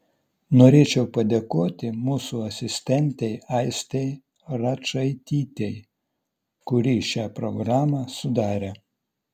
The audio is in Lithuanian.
norėčiau padėkoti mūsų asistentei aistei račaitytei kuri šią programą sudarė